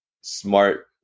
smart